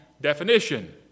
definition